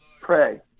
Pray